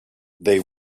they